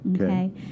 okay